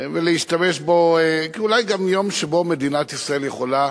ולהשתמש בו אולי גם כיום שבו מדינת ישראל יכולה